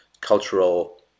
cultural